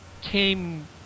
came